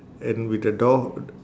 and with the door